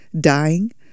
Dying